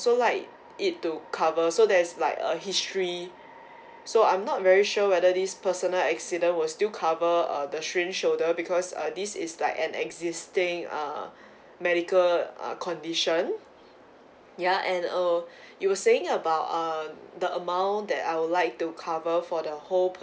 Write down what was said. like it to cover so there's like a history so I'm not very sure whether this personal accident will still cover uh the strain shoulder because uh this is like an existing uh medical uh condition ya and uh you were saying about uh the amount that I would like to cover for the whole